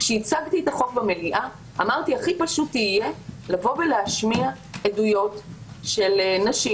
כשהצגתי את החוק במליאה אמרתי שהכי פשוט יהיה להשמיע עדויות של נשים.